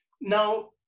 Now